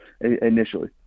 initially